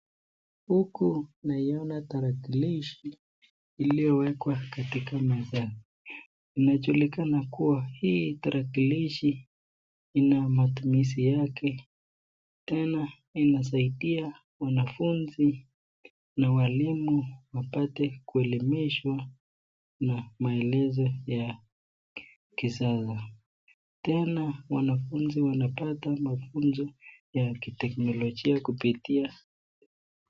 Huku naiona tarakilishi iliyowekwa katika mezani inajulikana kuwa hii tarakilishi ina matumizi, tena inasaidia wanafunzi na walimu kuelimishwa na maelezo ya kisasa. Tena wanafunzi wanapata mafunzo ya kiteknolojia kupitia...